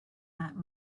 that